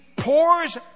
pours